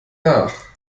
nach